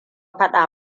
faɗa